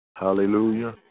Hallelujah